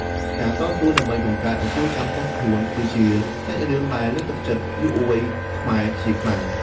ការតស៊ូ ដើម្បីបង្កើតអាជីវកម្មផ្ទាល់ខ្លួនគឺជាសាច់រឿងដែលលើកទឹកចិត្តយុវវ័យខ្មែរជាខ្លាំង។